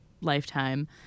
lifetime